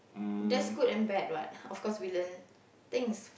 there's good and bad what of course we learn things